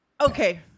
okay